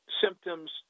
symptoms